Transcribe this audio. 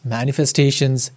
Manifestations